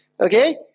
Okay